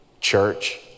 Church